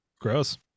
gross